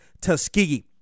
Tuskegee